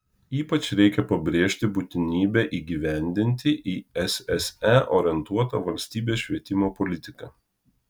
ypač reikia pabrėžti būtinybę įgyvendinti į sse orientuotą valstybės švietimo politiką